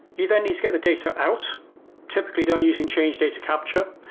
you then need to get the data out typically done using change data capture.